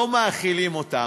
לא מאכילים אותם,